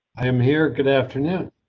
i am here good afternoon.